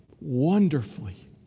wonderfully